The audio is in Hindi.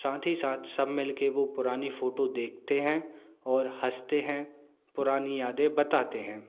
साथ ही साथ सब मिल कर वो पुरानी फोटो देखते हैं और हँसते हैं पुरानी यादें बताते हैं